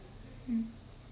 mm